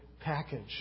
package